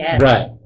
Right